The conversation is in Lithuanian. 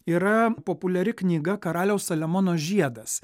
yra populiari knyga karaliaus saliamono žiedas